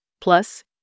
plus